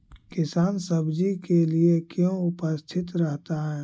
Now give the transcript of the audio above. किसान सब्जी के लिए क्यों उपस्थित रहता है?